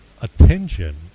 attention